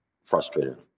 frustrated